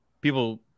people